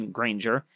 Granger